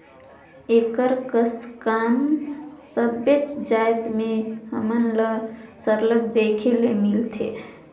एकर कस काम सबेच जाएत में हमन ल सरलग देखे ले मिलथे